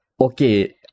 okay